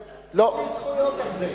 אין לי זכויות על זה.